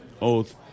oath